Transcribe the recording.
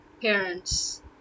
parents